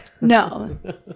No